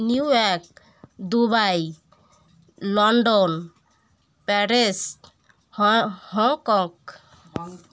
New York Dubai London Paris Hong Kong